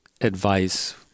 advice